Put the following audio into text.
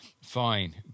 fine